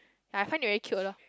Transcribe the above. I find it very cute loh